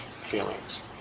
feelings